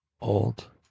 old